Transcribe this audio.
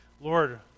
Lord